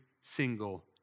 single